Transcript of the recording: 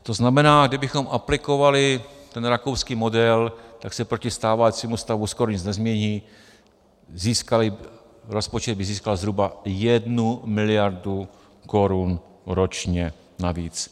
To znamená, kdybychom aplikovali ten rakouský model, tak se proti stávajícímu stavu skoro nic nezmění, rozpočet by získal zhruba 1 mld. korun ročně navíc.